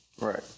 Right